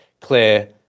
clear